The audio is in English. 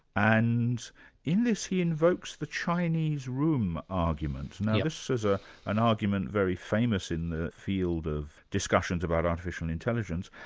and in this he invokes the chinese room argument. now this is ah an argument very famous in the field of discussions about artificial intelligence,